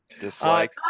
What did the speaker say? Dislike